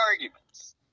arguments